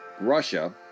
Russia